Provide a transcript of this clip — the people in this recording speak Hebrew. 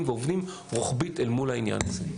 ועובדים רוחבית אל מול העניין הזה.